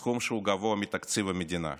סכום שהוא גבוה מתקציב המדינה.